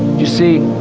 you see,